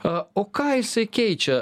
o ką jisai keičia